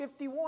51